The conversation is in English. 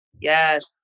Yes